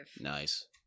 Nice